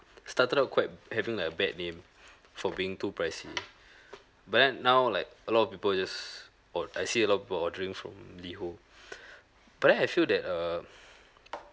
started out quite having like a bad name for being too pricey but then now like a lot of people just or I see a lot of people ordering from liho but then I feel that err